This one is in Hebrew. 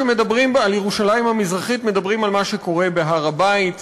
כשמדברים על ירושלים המזרחית מדברים על מה שקורה בהר-הבית,